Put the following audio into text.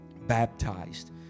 baptized